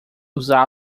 usá